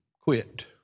quit